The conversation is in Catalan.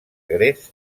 gres